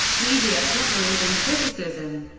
media coverage and criticism